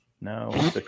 No